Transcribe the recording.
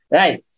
right